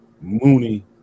Mooney